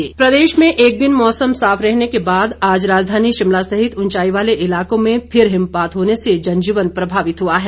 मौसम प्रदेश में एक दिन मौसम साफ रहने के बाद आज राजधानी शिमला सहित उंचाई वाले इलाकों में फिर हिमपात होने से जनजीवन प्रभावित हुआ है